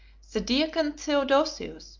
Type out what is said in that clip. the deacon theodosius,